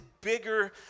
bigger